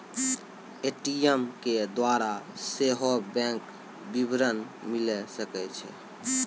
ATM के द्वारा सेहो बैंक विबरण मिले सकै छै